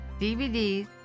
DVDs